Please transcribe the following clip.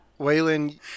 Waylon